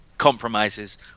compromises